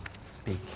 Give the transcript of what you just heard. speak